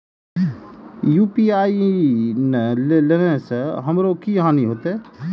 UPI ने लेने से हमरो की हानि होते?